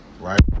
right